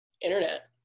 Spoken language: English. internet